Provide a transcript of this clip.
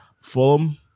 fulham